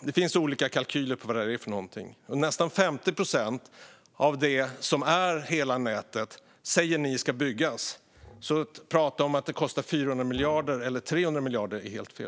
Det finns olika kalkyler för detta. Men ni säger att nästan 50 procent av hela nätet ska byggas. Att prata om att det kostar 400 miljarder eller 300 miljarder är helt fel.